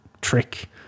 trick